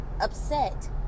upset